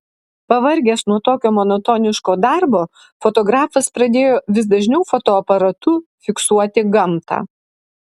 pavargęs nuo tokio monotoniško darbo fotografas pradėjo vis dažniau fotoaparatu fiksuoti gamtą